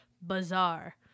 Bizarre